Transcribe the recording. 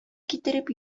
китереп